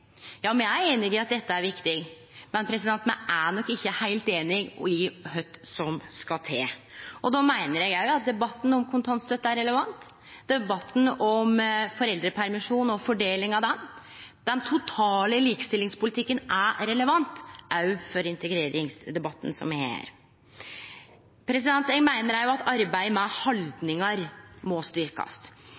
men me er nok ikkje heilt einige om kva som skal til. Eg meiner at debatten om kontantstøtta er relevant, og debatten om foreldrepermisjon og fordelinga av han. Den totale likestillingspolitikken er relevant òg for den integreringsdebatten som me har her. Eg meiner òg at arbeidet med haldningar må